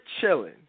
chilling